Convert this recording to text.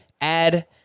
add